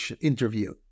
interview